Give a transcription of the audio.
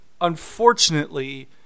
Unfortunately